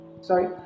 Sorry